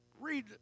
read